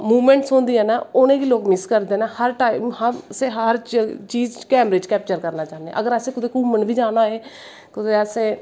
moments जेह्ड़ियां होंदियां नै उनेंगी लोग मिस करदे नै हर टाईम हर चीज़ गै कैप्चर करनां चाह्नें आं असैं किते घूमन बी जाना होए कुदै असैं